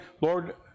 Lord